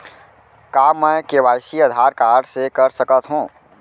का मैं KYC Aadhaar card से कर सकत हो?